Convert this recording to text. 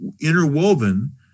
interwoven